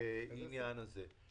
העניין הזה.